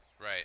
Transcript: Right